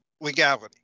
legality